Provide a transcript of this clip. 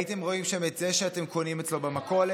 הייתם רואים שם את זה שאתם קונים אצלו במכולת,